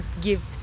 give